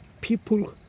people